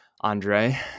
Andre